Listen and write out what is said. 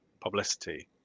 publicity